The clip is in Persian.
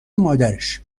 مادرش